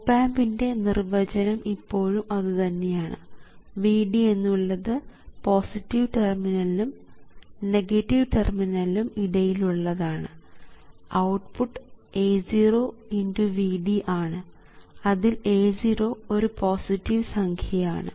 op ആമ്പിൻറെ നിർവ്വചനം ഇപ്പോഴും അതു തന്നെയാണ് Vd എന്നുള്ളത് പോസിറ്റീവ് ടെർമിനലിനും നെഗറ്റീവ് ടെർമിനലിനും ഇടയിൽ ഉള്ളതാണ് ഔട്ട്പുട്ട് A0 x Vd ആണ് അതിൽ A0 ഒരു പോസിറ്റീവ് സംഖ്യയാണ്